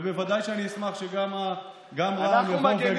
בוודאי שאני אשמח שגם רע"מ יבואו ויגידו שהם רוצים,